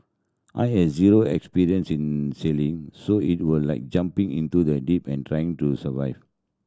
I had zero experience in sailing so it was like jumping into the deep and trying to survive